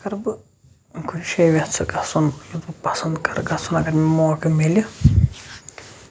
اَگر بہٕ کٔشیٖرِ یژھٕ گژھُن پَسند کَرٕ گژھُن اَگر مےٚ موقعہٕ مِلہِ